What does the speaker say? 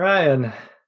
Ryan